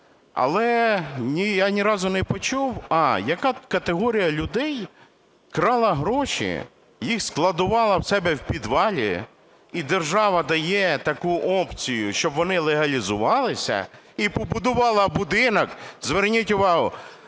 ні, я ні разу не почув: а) яка тут категорія людей крала гроші, їх складувала в себе в підвалі, і держава дає таку опцію, щоб вони легалізувалися і побудували будинок, зверніть увагу,